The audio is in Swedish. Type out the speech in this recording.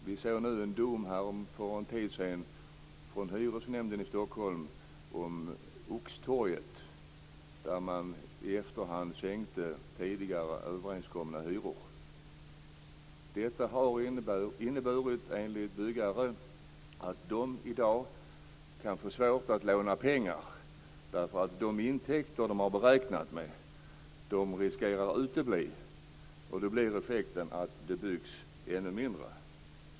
Vi såg för en tid sedan en dom från Hyresnämnden i Stockholm om Oxtorget, där man i efterhand sänkte tidigare överenskomna hyror. Detta har enligt byggare inneburit att de i dag kan få svårt att låna pengar, därför att de intäkter de hade räknat med riskerar att utebli. Då blir effekten att det byggs ännu mindre.